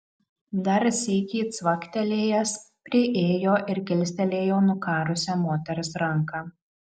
dar sykį cvaktelėjęs priėjo ir kilstelėjo nukarusią moters ranką